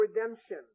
redemption